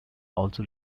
also